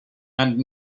and